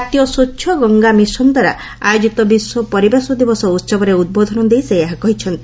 ଜାତୀୟ ସ୍ୱଚ୍ଚ ଗଙ୍ଗା ମିଶନ୍ଦ୍ୱାରା ଆୟୋଜିତ ବିଶ୍ୱ ପରିବେଶ ଦିବସ ଉହବରେ ଉଦ୍ବୋଧନ ଦେଇ ସେ ଏହା କହିଛନ୍ତି